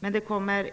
Under beredningens gång kommer